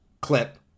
clip